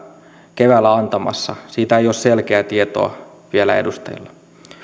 keväällä antamassa siitä ei ole selkeää tietoa vielä edustajilla